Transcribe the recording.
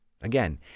Again